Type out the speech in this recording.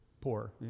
Poor